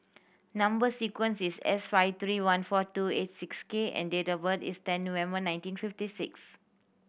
number sequence is S five three one four two eight six K and date of birth is ten November nineteen fifty six